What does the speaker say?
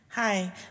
Hi